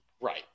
right